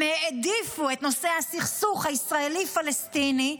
הם העדיפו את נושא הסכסוך הישראלי פלסטיני,